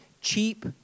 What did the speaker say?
cheap